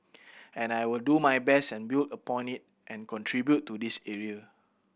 and I will do my best and build upon it and contribute to this area